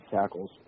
tackles